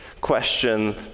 question